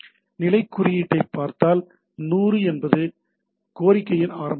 நிலைக் குறியீட்டைப் பார்த்தால் 100 என்பது கோரிக்கையின் ஆரம்ப பகுதி